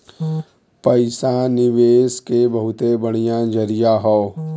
पइसा निवेस के बहुते बढ़िया जरिया हौ